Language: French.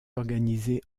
organisées